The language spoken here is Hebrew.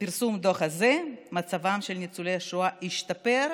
פרסום דוח הזה מצבם של ניצולי השואה השתפר,